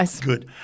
Good